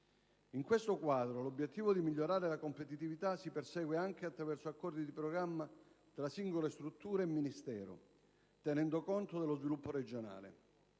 In questo quadro, l'obiettivo di migliorare la competitività si persegue anche attraverso accordi di programma tra singole strutture e Ministero, tenendo conto dello sviluppo regionale.